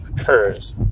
occurs